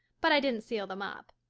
but i didn't seal them up.